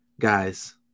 Guys